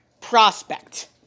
prospect